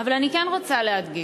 אבל אני כן רוצה להדגיש: